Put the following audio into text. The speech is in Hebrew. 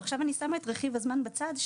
עכשיו אני שמה את רכיב הזמן בצד.